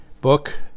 book